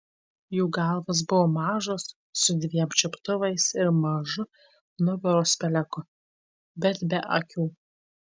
jų galvos buvo mažos su dviem čiuptuvais ir mažu nugaros peleku bet be akių